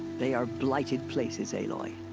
they are blighted places, aloy.